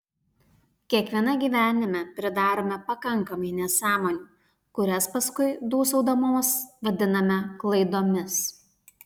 kiekviena gyvenime pridarome pakankamai nesąmonių kurias paskui dūsaudamos vadiname klaidomis